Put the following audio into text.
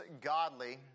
godly